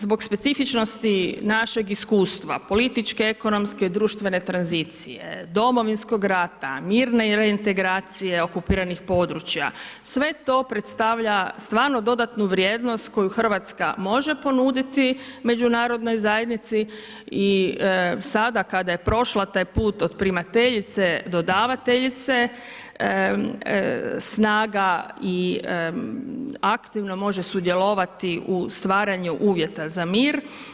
Zbog specifičnosti našeg iskustva, političke, ekonomske i društvene tranzicije, Domovinskog rata, mirne reintegracije okupiranih područja, sve to predstavlja stvarno dodatnu vrijednost koju RH može ponuditi međunarodnoj zajednici i sada kada je prošla taj put od primateljice do davateljice snaga i aktivno može sudjelovati u stvaranju uvjeta za mir.